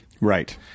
Right